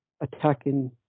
attacking